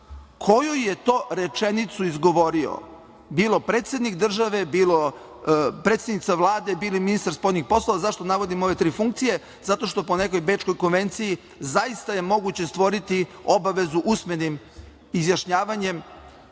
Koju je to rečenicu izgovorio bilo predsednik države, bilo predsednica Vlade, bilo ministar spoljnih poslova? Zašto navodim ove tri funkcije? Zato što po nekoj Bečkoj konvenciji zaista je moguće stvoriti obavezu usmenim izjašnjavanjem